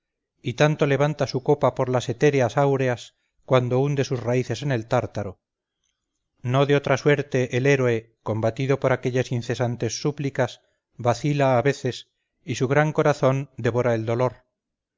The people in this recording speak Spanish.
y tanto levanta su copa por le etéreas auras cuanto hunde sus raíces en el tártaro no de otra suerte el héroe combatido por aquellas incesantes súplicas vacila a veces y su gran corazón devora el dolor